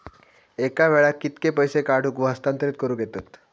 एका वेळाक कित्के पैसे काढूक व हस्तांतरित करूक येतत?